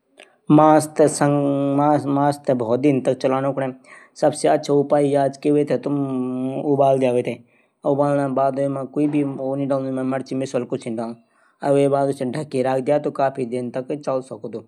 मेथे सबसे अच्छा व्यजन खांणू मां मूला क सब्जी हुव्येग्या गुदडी सब्जी हुव्येग्या लोकी सबजी हुव्येग्या अलू थिंचुडी हुव्येग्या और ये मटर साग हुव्येग्या इस सब मेथे बहुत पंशद चा और मी यूथै आराम से बंणैं भी दुयंद मी। त मी ज्यादातर खांदू।